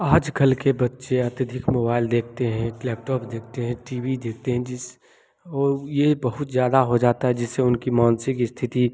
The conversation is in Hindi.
आज कल के बच्चे अत्यधिक मोबाइल देखते हैं लैपटॉप देखते हैं टी वी देखते हैं जिस यह बहुत ज़्यादा हो जाता है जिससे उनकी मानसिक स्थिति